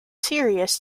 serious